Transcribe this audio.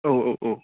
औ औ औ